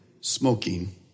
smoking